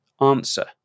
answer